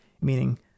meaning